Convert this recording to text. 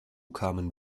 kamen